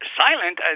silent